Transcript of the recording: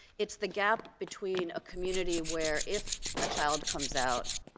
it's the gap between a community where, if a child comes out,